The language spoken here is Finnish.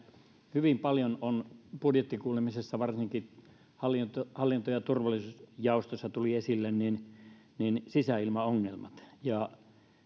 hyvin paljon budjettikuulemisessa varsinkin hallinto hallinto ja turvallisuusjaostossa tulivat esille sisäilmaongelmat